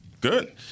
Good